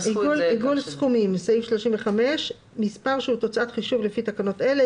"עיגול סכומים 35. מספר שהוא תוצאת חישוב לפי תקנות אלה,